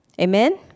Amen